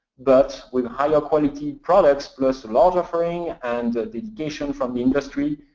but with higher quality products plus a larger offering and the education from the industry,